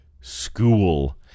school